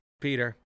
Peter